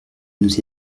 nous